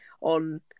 on